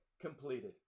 completed